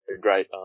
great